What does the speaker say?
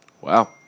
Wow